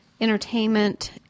entertainment